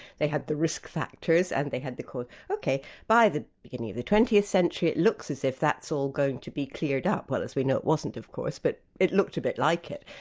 they had the risk factors and they had the cause. ok by the beginning of the twentieth century, it looks as if that's all going to be cleared up. well as we know, it wasn't of course, but it looked a bit like it.